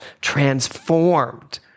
transformed